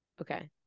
Okay